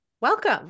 welcome